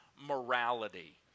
morality